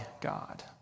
God